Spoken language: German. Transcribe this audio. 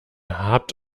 habt